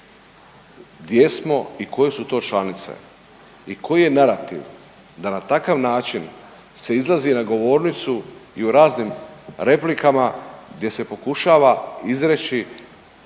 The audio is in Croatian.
gdje smo i koje su to članice i koji je narativ da na takav način se izlazi u govornicu i u raznim replikama gdje se pokušava izreći